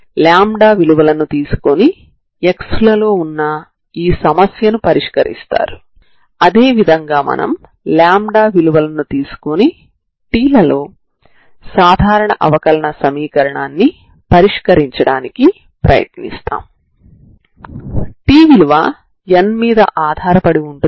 కాబట్టి కొరకు మీరు 0 నుండి 0వరకు సమాకలనం చేయాలి మరియు 0 నుండి వరకు మారుతూ ఉంటుంది